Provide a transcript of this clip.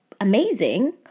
amazing